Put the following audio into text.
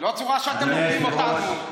לא צורה שאתם הורגים אותנו.